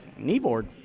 kneeboard